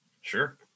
Sure